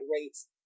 rates